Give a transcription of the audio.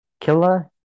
Killa